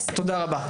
תודה רבה.